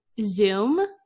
Zoom